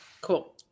Cool